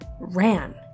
ran